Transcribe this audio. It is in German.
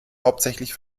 hauptsächlich